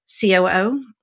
COO